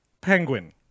penguin